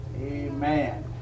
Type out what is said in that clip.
Amen